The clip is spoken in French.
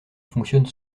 fonctionne